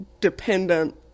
dependent